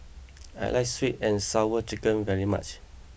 I like Sweet and Sour Chicken very much